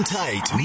tight